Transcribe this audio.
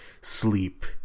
sleep